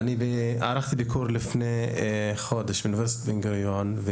וערכתי ביקור לפני כחודש באוניברסיטת בן גוריון.